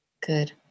Good